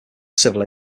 civil